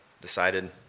decided